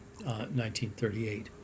1938